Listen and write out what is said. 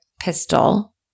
pistol